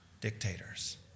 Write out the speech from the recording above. dictators